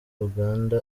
uganda